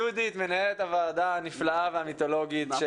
יהודית מנהלת הוועדה הנפלאה והמיתולוגית,